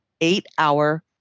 eight-hour